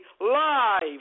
Live